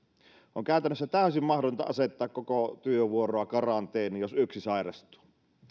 on käytännössä täysin mahdotonta asettaa koko työvuoroa karanteeniin jos yksi sairastuu